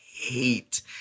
hate